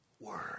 Word